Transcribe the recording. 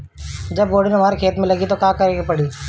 जब बोडिन हमारा खेत मे लागी तब का करे परी?